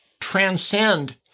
transcend